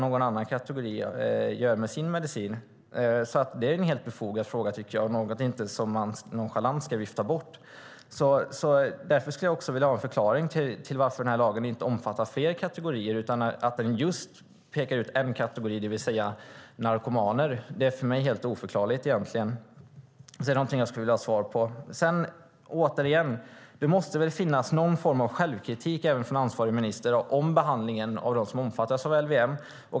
Jag tycker därför att det är en helt befogad fråga och inte något som man nonchalant ska vifta bort. Därför skulle jag vilja ha en förklaring till varför lagen inte omfattar fler kategorier utan bara pekar ut en kategori, det vill säga narkomaner. Det är för mig helt obegripligt. Återigen: Det måste väl finnas någon form av självkritik hos ansvarig minister vad gäller behandlingen av dem som omfattas av LVM.